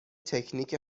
تکنیک